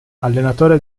allenatore